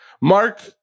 Mark